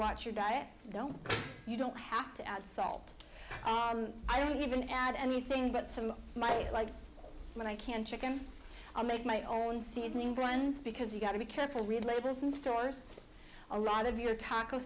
watch your diet don't you don't have to add salt i don't even add anything but some might like when i can chicken i'll make my own seasoning bruns because you've got to be careful read labels in stores a lot of your taco